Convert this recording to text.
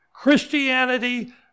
Christianity